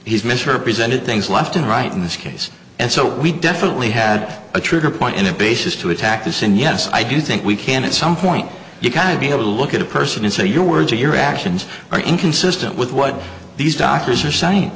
he's misrepresented things left and right in this case and so we definitely had a trigger point in a basis to attack this and yes i do think we can at some point you've got to be able to look at a person and say your words or your actions are inconsistent with what these doctors are saying